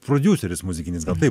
prodiuseris muzikinis gal taip